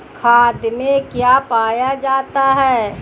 खाद में क्या पाया जाता है?